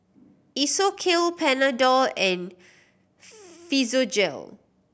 Isocal Panadol and Physiogel